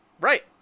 Right